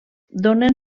donen